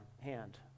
hand